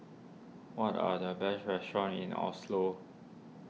what are the best restaurants in Oslo